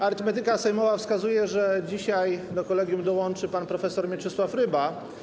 Arytmetyka sejmowa wskazuje na to, że dzisiaj do kolegium dołączy pan prof. Mieczysław Ryba.